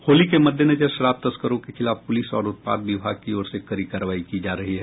होली के मददेनजर शराब तस्करों के खिलाफ प्रलिस और उत्पाद विभाग की ओर से कड़ी कार्रवाई की जा रही है